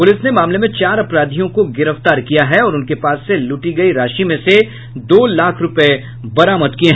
police ने मामले में चार अपराधियों को गिरफ्तार किया है और उनके पास से लूटी गयी राशि में से दो लाख रूपये बरामद किये